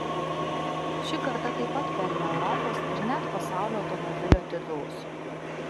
ši karta taip pat pelnė europos ir net pasaulio automobilio titulus